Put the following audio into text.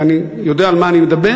ואני יודע על מה אני מדבר,